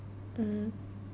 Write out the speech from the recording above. mm